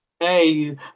Hey